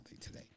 today